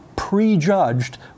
prejudged